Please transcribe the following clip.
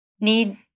need